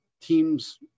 teams